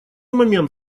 момент